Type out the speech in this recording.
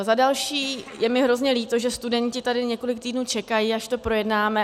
Za další je mi hrozně líto, že studenti tady několik týdnů čekají, až to projednáme.